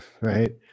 Right